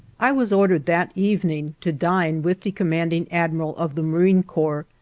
i was ordered that evening to dine with the commanding admiral of the marine corps,